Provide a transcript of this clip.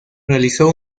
realizó